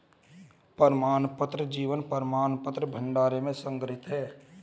प्रमाणपत्र जीवन प्रमाणपत्र भंडार में संग्रहीत हैं